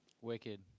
Wicked